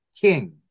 King